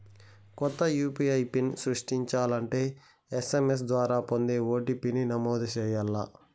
కొత్త UPI pin సృష్టించాలంటే SMS ద్వారా పొందే ఓ.టి.పి.ని నమోదు చేయాల్ల